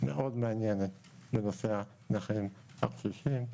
מאוד מעניינת בנושא הנכים הקשישים.